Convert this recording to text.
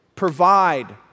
Provide